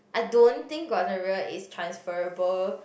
I don't think got the rear is transferable